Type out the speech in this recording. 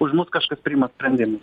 už mus kažkas priima sprendimus